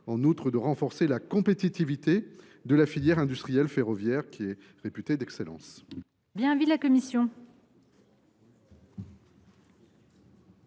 en outre de renforcer la compétitivité de la filière industrielle ferroviaire, réputée d’excellence.